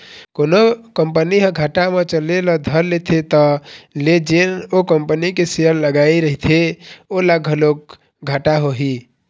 कोनो कंपनी ह घाटा म चले ल धर लेथे त ले जेन ओ कंपनी के सेयर लगाए रहिथे ओला घलोक घाटा होही